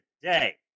today